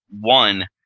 One